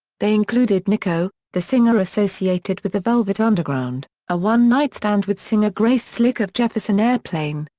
they included nico, the singer associated with the velvet underground, a one night stand with singer grace slick of jefferson airplane,